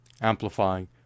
amplifying